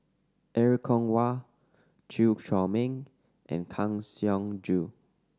Er Kwong Wah Chew Chor Meng and Kang Siong Joo